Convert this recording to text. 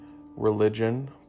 religion